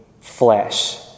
flesh